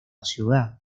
ciudad